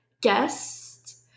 guest